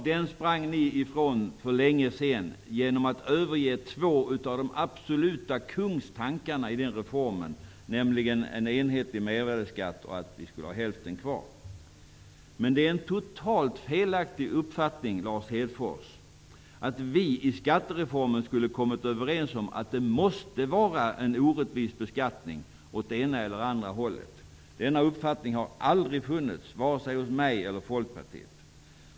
Den sprang ni ifrån för länge sedan genom att överge två av de absoluta kungstankarna i den reformen, nämligen en enhetlig mervärdesskatt och att vi skulle ha hälften kvar. Men det är en totalt felaktig uppfattning, Lars Hedfors, att vi i skattereformen skulle ha kommit överens om att det måste vara en orättvis beskattning åt det ena eller andra hållet. Denna uppfattning har aldrig funnits, vare sig hos mig eller Folkpartiet.